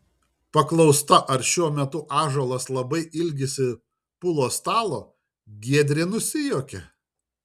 paklausta ar šiuo metu ąžuolas labai ilgisi pulo stalo giedrė nusijuokė